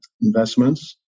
investments